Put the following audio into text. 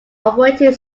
operating